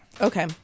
Okay